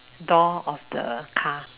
door of the car